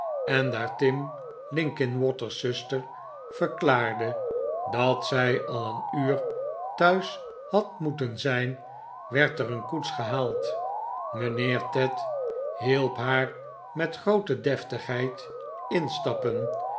en daar tim linkinwater's zuster verklaarde dat zij al een uur thuis had moeten zijn werd er een koets gehaald mijnheer ned hielp haar met groote deftigheid instappen